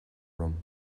orm